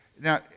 Now